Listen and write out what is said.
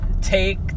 Take